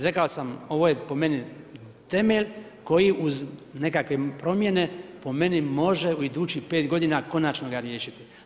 Rekao sam, ovo je po meni temelj koji uz nekakve promjene, po meni može u idućih 5 godina konačno ga riješiti.